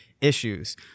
issues